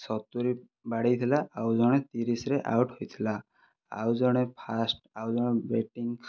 ସତୁରି ବାଡ଼େଇଥିଲା ଆଉ ଜଣେ ତିରିଶରେ ଆଉଟ ହୋଇଥିଲା ଆଉ ଜଣେ ଫାଷ୍ଟ ଆଉ ଜଣେ ବ୍ୟାଟିଂ